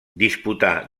disputà